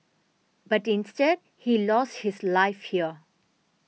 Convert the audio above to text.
but instead he lost his life here